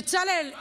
בצלאל,